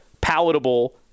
palatable